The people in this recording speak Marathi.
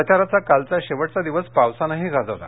प्रचाराचा कालचा शेवटचा दिवस पावसानंही गाजवला